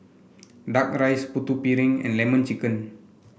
Duck Rice Putu Piring and lemon chicken